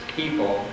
people